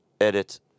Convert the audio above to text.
edit